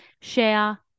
share